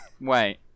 Wait